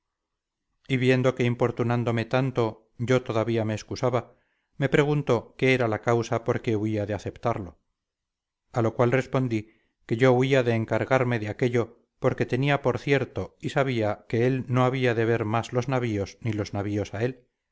y viendo que importunándome tanto yo todavía me excusaba me preguntó qué era la causa por que huía de aceptarlo a lo cual respondí que yo huía de encargarme de aquello porque tenía por cierto y sabía que él no había de ver más los navíos ni los navíos a él